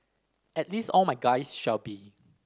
at least all my guys shall be